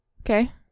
Okay